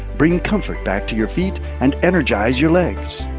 bring comfort back to your feet and energize your legs.